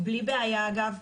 בלי בעיה אגב,